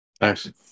Nice